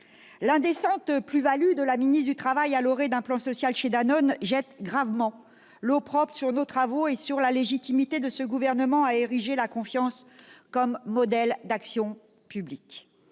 L'indécente plus-value de la ministre du travail à l'orée d'un plan social chez Danone jette gravement l'opprobre sur nos travaux et sur la légitimité de ce gouvernement à ériger la confiance comme modèle d'action politique.